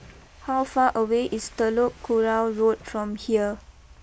how far away is Telok Kurau Road from here